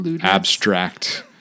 abstract